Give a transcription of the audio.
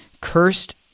Cursed